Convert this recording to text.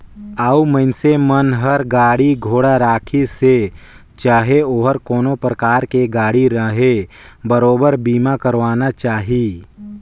अउ मइनसे मन हर गाड़ी घोड़ा राखिसे चाहे ओहर कोनो परकार के गाड़ी रहें बरोबर बीमा करवाना चाही